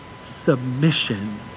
submission